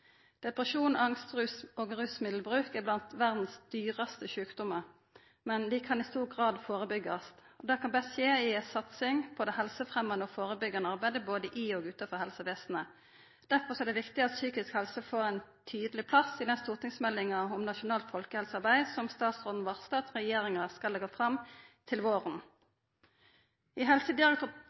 Depresjon, angst og rusmiddelbruk er blant dei dyraste sjukdommane i verda, men dei kan i stor grad førebyggjast. Det kan best skje gjennom ei satsing på det helsefremmande og førebyggjande arbeidet, både i og utanfor helsevesenet. Derfor er det viktig at psykisk helse får ein tydeleg plass i den stortingsmeldinga om nasjonalt folkehelsearbeid som statsråden varslar at regjeringa skal leggja fram til våren. I